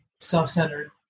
self-centered